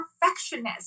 perfectionist